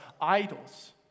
idols